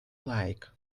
like